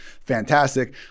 fantastic